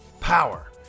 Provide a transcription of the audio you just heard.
Power